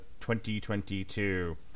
2022